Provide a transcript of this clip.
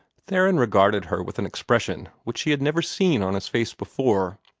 theron regarded her with an expression which she had never seen on his face before.